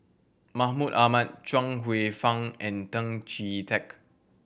Mahmud Ahmad Chuang Hsueh Fang and Tan Chee Teck